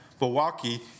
Milwaukee